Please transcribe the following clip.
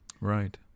Right